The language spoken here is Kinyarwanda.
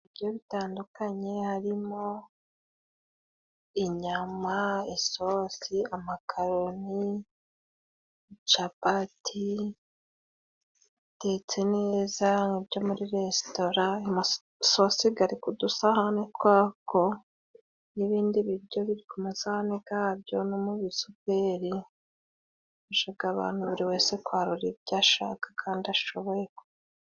Ibiryo bitandukanye harimo inyama, isose, amakaroni, capati. Bitetse neza ni ibyo muri resitora, isosi iri ku dusahane twayo. N'ibindi biryo biri ku masahane yabyo no mu bisuperi. Bifasha abantu buri wese kwarura ibyo ashaka kandi ashoboye.